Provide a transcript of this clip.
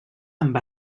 amb